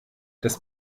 das